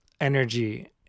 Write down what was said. energy